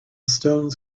stones